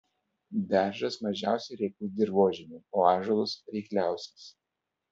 beržas mažiausiai reiklus dirvožemiui o ąžuolas reikliausias